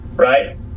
Right